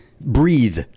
Breathe